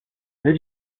nel